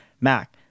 Mac